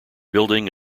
building